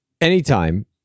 Anytime